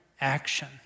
Action